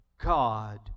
god